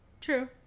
true